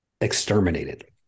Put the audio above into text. exterminated